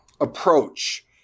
approach